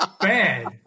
bad